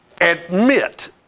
Admit